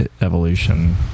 evolution